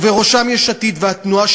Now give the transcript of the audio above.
ובראשם יש עתיד והתנועה,